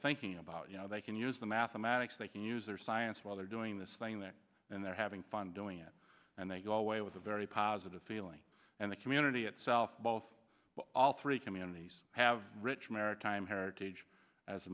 thinking about you know they can use the mathematics they can use their science while they're doing this thing there and they're having fun doing it and they go away with a very positive feeling and the community itself both all three communities have rich maritime heritage as a